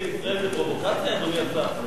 הנפת דגל ישראל זו פרובוקציה, אדוני השר?